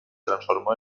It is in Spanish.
transformó